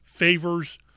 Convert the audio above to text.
favors